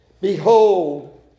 Behold